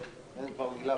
אם בסוף